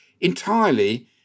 Entirely